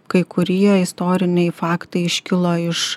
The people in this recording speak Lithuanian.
kai kurie istoriniai faktai iškilo iš